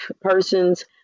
persons